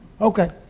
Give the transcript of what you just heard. Okay